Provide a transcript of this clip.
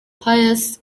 pius